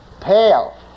pale